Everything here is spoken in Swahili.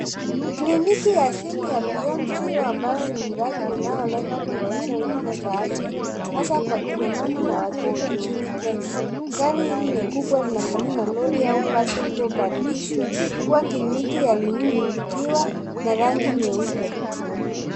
Kliniki ya simu ya Beyond zero ambayo ni mradi unaolenga kuboresha huduma za afya hasa kwa kina mama na watoto nchini Kenya. Gari hili ni kubwa linafanana na lori au basi lililopandishwa kuwa kliniki ya rununu likiwa na rangi nyeupe.